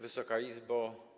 Wysoka Izbo!